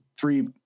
three